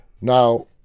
Now